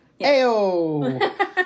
Ayo